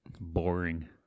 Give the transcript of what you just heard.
boring